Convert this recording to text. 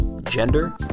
gender